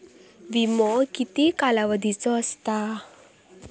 विमो किती कालावधीचो असता?